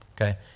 okay